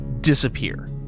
disappear